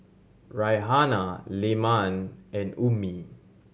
Raihana Leman and Ummi